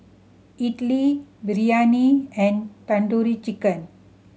Idili Biryani and Tandoori Chicken